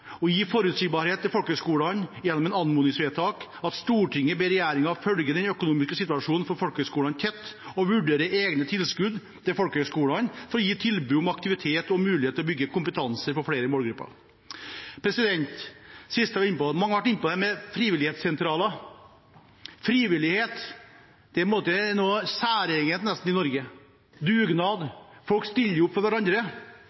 gi forutsigbarhet til folkehøgskolene gjennom et anmodningsvedtak: «Stortinget ber regjeringen følge den økonomiske situasjonen for folkehøgskolene tett, og vurdere egne tilskudd til folkehøgskolene for å gi tilbud om aktivitet og mulighet til å bygge kompetanse for flere målgrupper.» Mange har vært inne på det med frivilligsentraler. Frivillighet er noe særegent ved Norge – dugnad – folk stiller opp for hverandre. I Norge